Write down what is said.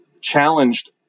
challenged